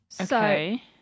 Okay